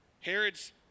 Herod's